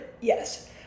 Yes